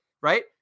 right